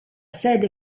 sede